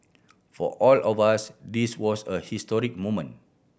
for all of us this was a historic moment